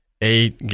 Eight